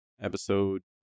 episode